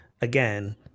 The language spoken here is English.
again